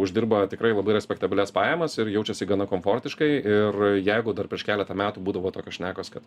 uždirba tikrai labai respektabilias pajamas ir jaučiasi gana komfortiškai ir jeigu dar prieš keletą metų būdavo tokios šnekos kad